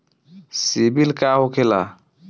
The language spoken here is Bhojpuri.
सीबील का होखेला?